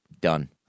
Done